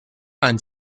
ein